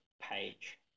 page